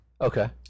Okay